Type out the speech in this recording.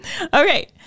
Okay